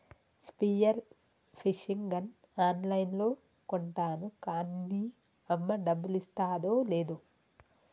spear fishing gun on లైన్లో కొంటాను కాన్నీ అమ్మ డబ్బులిస్తాదో లేదో